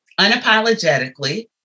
unapologetically